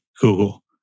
Google